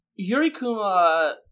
Yurikuma